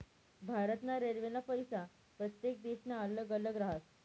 भारत ना रेल्वेना पैसा प्रत्येक देशना अल्लग अल्लग राहस